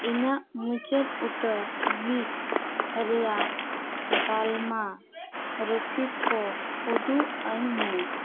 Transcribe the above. ᱤᱧᱟᱹᱜ ᱢᱩᱪᱟᱹᱫ ᱩᱛᱟᱹᱨ ᱩᱭᱤᱠ ᱨᱮᱭᱟᱜ ᱫᱟᱞᱢᱟ ᱨᱚᱥᱤᱫᱽ ᱠᱚ ᱩᱫᱩᱜ ᱟᱹᱧ ᱢᱮ